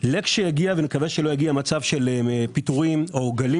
לכשיגיע ואני מקווה שלא יגיע מצב של פיטורים או גלים